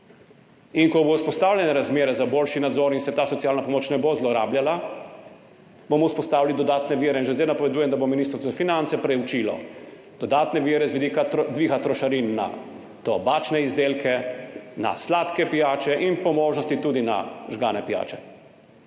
Ko bodo vzpostavljene razmere za boljši nadzor in se ta socialna pomoč ne bo zlorabljala, bomo vzpostavili dodatne vire. Že zdaj napovedujem, da bo Ministrstvo za finance preučilo dodatne vire z vidika dviga trošarin na tobačne izdelke, na sladke pijače in po možnosti tudi na žgane pijače.